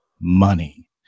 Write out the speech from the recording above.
money